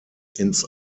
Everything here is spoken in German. ins